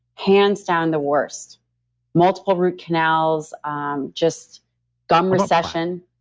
hands down the worst multiple root canals, um just gum recession,